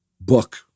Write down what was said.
book